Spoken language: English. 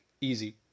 Easy